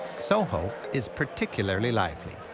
soho is particularly lively.